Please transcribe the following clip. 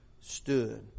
stood